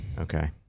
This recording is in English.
Okay